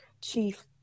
chief